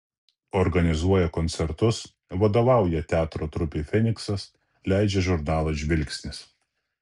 organizuoja koncertus vadovauja teatro trupei feniksas leidžia žurnalą žvilgsnis